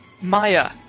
Maya